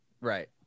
Right